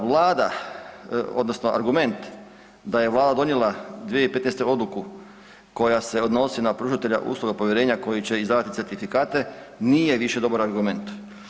Vlada odnosno argument da je vlada donijela 2015. odluku koja se odnosi na pružatelja usluga povjerenja koji će izdavati certifikate nije više dobar argument.